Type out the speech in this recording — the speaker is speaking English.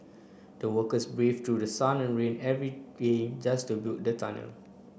the workers brave through sun and rain every day just to build the tunnel